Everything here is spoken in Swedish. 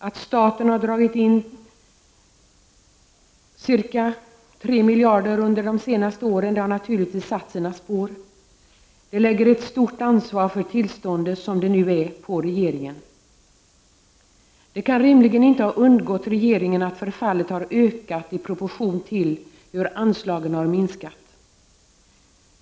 Att staten har dragit in ca 3 miljarder under de senaste åren har naturligtvis satt sina spår. Det lägger ett stort ansvar för tillståndet, som det nu är, på regeringen. Det kan rimligen inte ha undgått regeringen att förfallet har ökat i proportion till att anslagen har minskat.